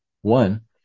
One